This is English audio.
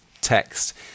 text